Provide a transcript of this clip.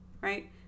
right